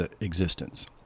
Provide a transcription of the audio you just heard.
existence